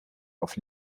auf